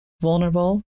vulnerable